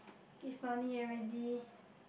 give money already